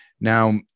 Now